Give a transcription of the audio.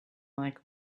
like